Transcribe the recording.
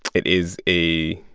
it is a